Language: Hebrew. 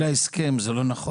זה בניגוד להסכם, זה לא נכון.